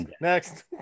next